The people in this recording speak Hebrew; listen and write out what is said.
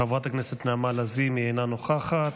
חברת הכנסת נעמה לזימי, אינה נוכחת,